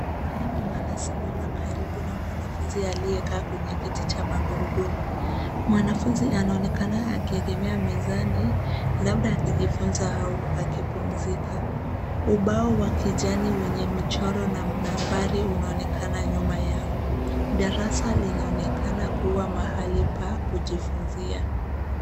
Mwalimu anasimama karibu na mwanafunzi aliyekaa kwenye kiti cha magurudumu. Mwanafunzi anaonekana akiegemea mezani labda akijifunza au akipumzika. Ubao wa kijani wenye michoro na nambari unaonekana nyuma yao. Darasa linaonekana kuwa mahali pa kujifunzia.